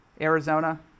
Arizona